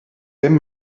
ddim